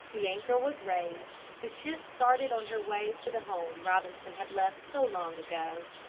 the anchor was raised. the ship started on her way to the home robinson had left so long ago.